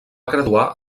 graduar